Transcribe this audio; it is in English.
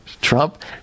Trump